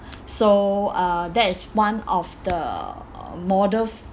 so uh that is one of the model